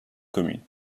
commune